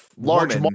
large